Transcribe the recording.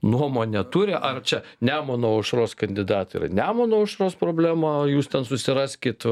nuomonę turi ar čia nemuno aušros kandidatai yra nemuno aušros problema o jūs ten susiraskit